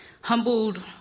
Humbled